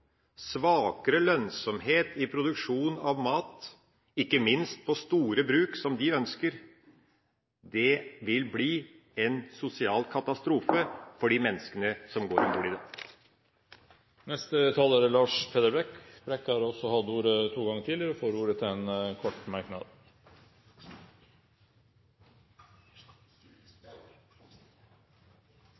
Svakere lønnsomhet i produksjon av mat – ikke minst på store bruk, som de ønsker – vil bli en sosial katastrofe for de menneskene som bor på gård i dag. Representanten Lars Peder Brekk har også hatt ordet to ganger tidligere og får ordet til en kort merknad,